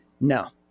no